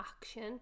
action